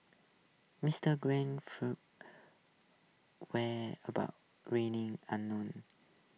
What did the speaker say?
Mister grace whereabouts remain unknown